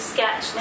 Sketch